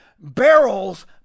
barrels